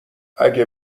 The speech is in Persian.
اگه